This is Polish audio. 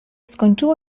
skończyło